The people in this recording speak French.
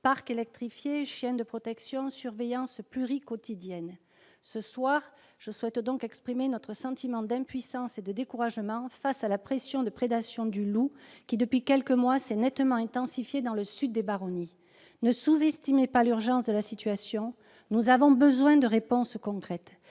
parcs électrifiés, chiens de protection, surveillances " pluriquotidiennes ".« Ce soir, je souhaite donc exprimer notre sentiment d'impuissance et de découragement face à la pression de prédation du loup, qui depuis quelques mois s'est nettement intensifiée dans le sud des Baronnies. « Ne sous-estimez pas l'urgence de la situation ! Nous avons besoin de réponses concrètes.